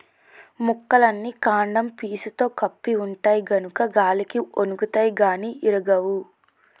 మొక్కలన్నీ కాండం పీసుతో కప్పి ఉంటాయి గనుక గాలికి ఒన్గుతాయి గాని ఇరగవు